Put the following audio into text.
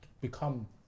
become